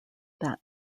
that